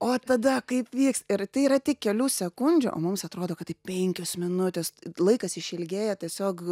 o tada kaip vyks ir tai yra tik kelių sekundžių o mums atrodo kad tai penkios minutės laikas išilgėja tiesiog